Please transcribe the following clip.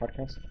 podcast